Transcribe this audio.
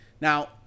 Now